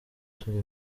turi